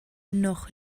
noch